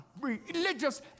religious